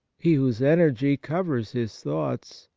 he whose energy covers his thoughts,